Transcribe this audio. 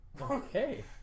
Okay